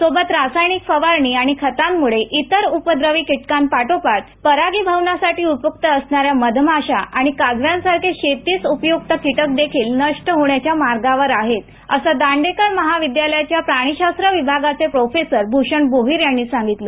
सोबत रासायनिक फवारणी आणि खतांमुळे इतर उपद्रवी किटकांपाठोपाठ परागीभवनासाठी उपयुक्त असणाऱ्या मधमाश्या आणि काजव्यांसारखे शेतीस उपयुक्त कीटक देखील नष्ट होण्याच्या मार्गावर आहेत असं दांडेकर महाविद्यालयाच्या प्राणीशास्त्र विभागाचे प्रोफेसर भूषण भोईर यांनी सांगितलं